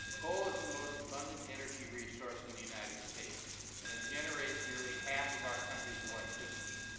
coal is the most abundant energy resource in the united states and it generates nearly half of our country's electricity.